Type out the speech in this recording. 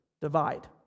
divide